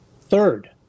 Third